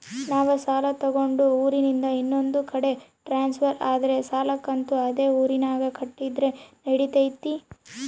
ನಾವು ಸಾಲ ತಗೊಂಡು ಊರಿಂದ ಇನ್ನೊಂದು ಕಡೆ ಟ್ರಾನ್ಸ್ಫರ್ ಆದರೆ ಸಾಲ ಕಂತು ಅದೇ ಊರಿನಾಗ ಕಟ್ಟಿದ್ರ ನಡಿತೈತಿ?